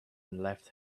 left